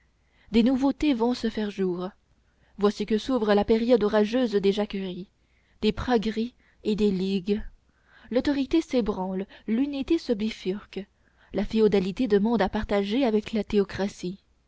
des nouveautés vont se faire jour voici que s'ouvre la période orageuse des jacqueries des pragueries et des ligues l'autorité s'ébranle l'unité se bifurque la féodalité demande à partager avec la théocratie